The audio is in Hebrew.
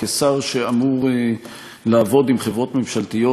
כשר שאמור לעבוד עם חברות ממשלתיות